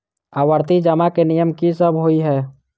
आवर्ती जमा केँ नियम की सब होइ है?